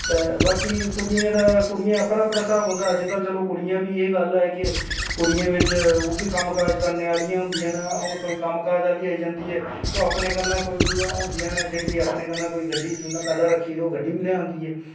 ते बाकी कुड़ियें दा कुड़ियें दा अपना अपना स्हाब होंदा ऐ पर चलो कुड़ियें दी एह् गल्ल ऐ कि कुड़ियें बिच ओह् बी कम्म काज करने आह्लियां होंदियां न हून कोई कम्म काज आह्ली आई जंदी ऐ ते ओह् अपने कन्नै कोई कोई होंदी ऐ जेह्ड़ी अपने कन्नै कोई गड्डी जिन्नै पैह्लें रक्खी दी होग बी लेई औंदी ऐ